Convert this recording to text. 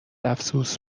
افسوس